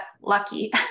lucky